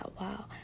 wow